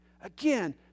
Again